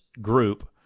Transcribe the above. group